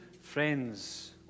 friends